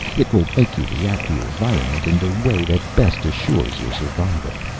it will make you react to your environment in the way that best assures your survival.